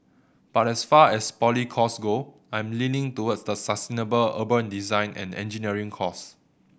but as far as poly courses go I am leaning towards the sustainable urban design and engineering course